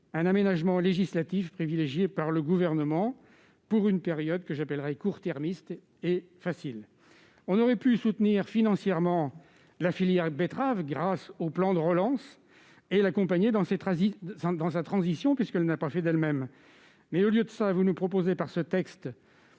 cet aménagement législatif privilégié par le Gouvernement dans une attitude que je qualifierai de court-termiste ? On aurait pu soutenir financièrement la filière de la betterave grâce au plan de relance et l'accompagner dans la transition qu'elle n'a pas faite d'elle-même. Au lieu de ça, vous nous proposez, par ce texte,